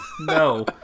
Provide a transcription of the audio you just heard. No